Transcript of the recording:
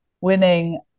winning